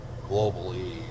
globally